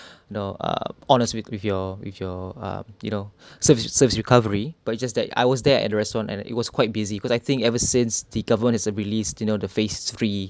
you know ah honest with with your with your um you know service service recovery but it's just that I was there at the restaurant and it was quite busy cause I think ever since the government is uh release you know the phase three